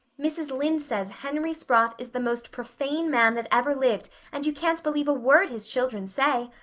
mrs. lynde says henry sprott is the most profane man that ever lived and you can't believe a word his children say.